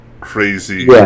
crazy